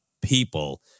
people